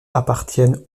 appartiennent